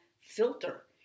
filter